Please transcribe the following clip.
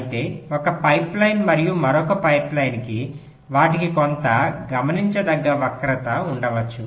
అయితే ఒక పైప్లైన్ మరియు మరొక పైప్లైన్ కి వాటికి కొంత గమనించదగ్గ వక్రత ఉండవచ్చు